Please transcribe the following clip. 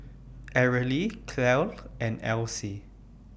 Arely Clell and Elsie